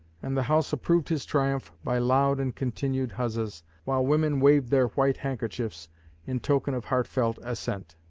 and the house approved his triumph by loud and continued huzzas, while women waved their white handkerchiefs in token of heartfelt assent.